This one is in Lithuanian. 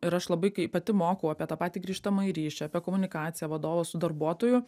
ir aš labai kai pati mokau apie tą patį grįžtamąjį ryšį apie komunikaciją vadovo su darbuotoju